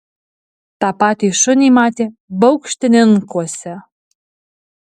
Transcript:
tą patį šunį matė baukštininkuose